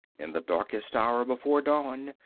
in the darkest hour before dawn,